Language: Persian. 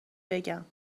بگم